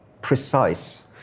precise